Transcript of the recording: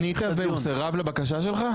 פנית והוא סרב לבקשה שלך?